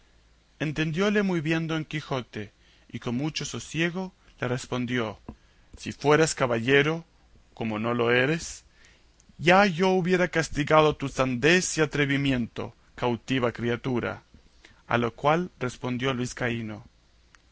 vizcaíno entendióle muy bien don quijote y con mucho sosiego le respondió si fueras caballero como no lo eres ya yo hubiera castigado tu sandez y atrevimiento cautiva criatura a lo cual